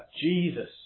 Jesus